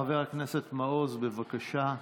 חבר הכנסת מעוז, בבקשה.